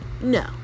No